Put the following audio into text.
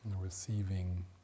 Receiving